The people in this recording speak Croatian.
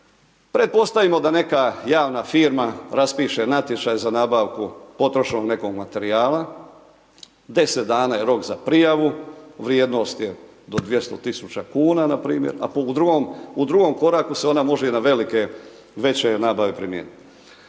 Pretpostavimo da neka javna firma raspiše natječaj za nabavku potrošnog nekog materijala, 10 dana je rok za prijavu, vrijednost je do 200.000 kuna npr., a u drugom, u drugom koraku se može ona i na velike veće nabave primijenit.